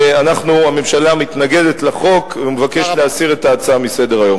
הממשלה מתנגדת לחוק ומבקשת להסיר את ההצעה מסדר-היום.